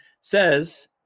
says